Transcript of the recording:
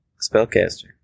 Spellcaster